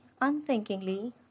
unthinkingly